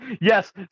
Yes